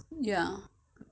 ya